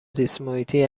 زیستمحیطی